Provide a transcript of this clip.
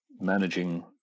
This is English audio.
Managing